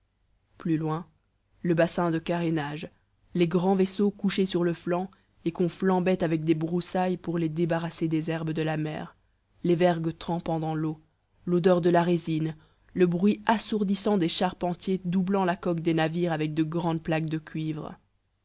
plus loin le bassin de carénage les grands vaisseaux couchés sur le flanc et qu'on flambait avec des broussailles pour les débarrasser des herbes de la mer les vergues trempant dans l'eau l'odeur de la résine le bruit assourdissant des charpentiers doublant la coque des navires avec de grandes plaques de cuivre